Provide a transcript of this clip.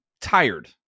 tired